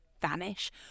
vanish